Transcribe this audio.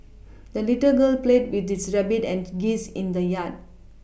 the little girl played with this rabbit and geese in the yard